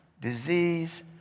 disease